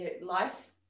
life